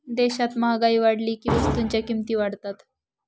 देशात महागाई वाढली की वस्तूंच्या किमती वाढतात